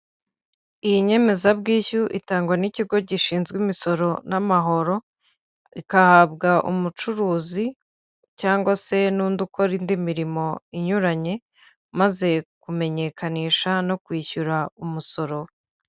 Iyi nyemezabwishyu itangwa n'ikigo gishinzwe imisoro n'amahoro, igahabwa umucuruzi cyangwa se n'undi ukora indi mirimo inyuranye, amaze kumenyekanisha no kwishyura umusoro.